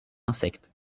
insectes